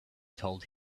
told